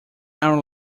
our